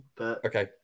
Okay